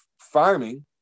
farming